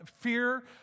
fear